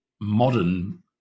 modern